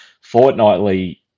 fortnightly